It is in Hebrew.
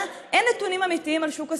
אין נתונים אמיתיים על שוק השכירות.